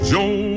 Joe